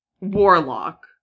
Warlock